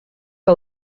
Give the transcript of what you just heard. que